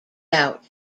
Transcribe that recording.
out